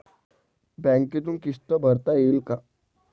बँकेतून किस्त भरता येईन का?